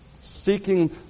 seeking